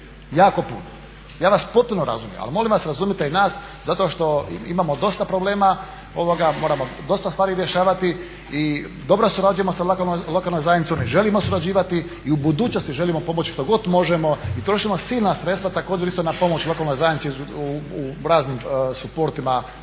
jako puno. Ja vas potpuno razumijem, ali molim vas razumijte i nas zato što imamo dosta problema, moramo dosta stvari dešavati i dobro surađujemo sa lokalnom zajednicom, mi želimo surađivati i u budućnosti želimo pomoći što god možemo i trošimo silna sredstva također isto na pomoć lokalnoj zajednici u raznim suportima